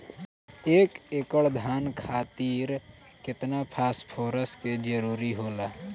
एक एकड़ धान खातीर केतना फास्फोरस के जरूरी होला?